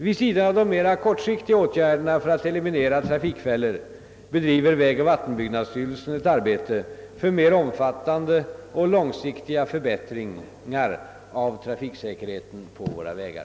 Vid sidan av de mera kortsiktiga åtgärderna för att eliminera trafikfällor bedriver vägoch vattenbyggnadsstyrelsen ett arbete för mer omfattande och långsiktiga förbättringar av trafiksäkerheten på våra vägar.